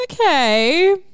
Okay